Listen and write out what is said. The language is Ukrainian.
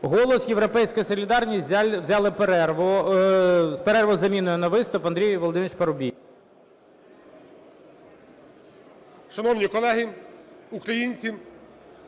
"Голос", "Європейська солідарність" взяли перерву, перерву з заміною на виступ. Андрій Володимирович Парубій.